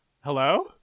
Hello